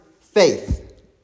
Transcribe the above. faith